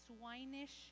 swinish